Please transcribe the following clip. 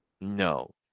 No